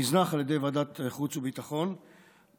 נזנח על ידי ועדת החוץ והביטחון בראשותך.